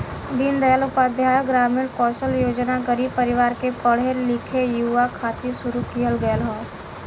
दीन दयाल उपाध्याय ग्रामीण कौशल योजना गरीब परिवार के पढ़े लिखे युवा खातिर शुरू किहल गयल हौ